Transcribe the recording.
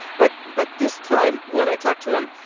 but but this time, when i talked to him,